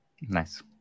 nice